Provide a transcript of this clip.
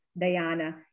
Diana